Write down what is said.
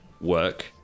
work